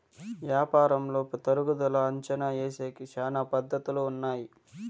యాపారంలో తరుగుదల అంచనా ఏసేకి శ్యానా పద్ధతులు ఉన్నాయి